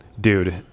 Dude